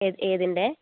ഏ ഏതിൻ്റെ